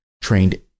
trained